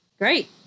great